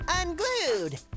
unglued